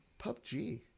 PUBG